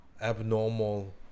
abnormal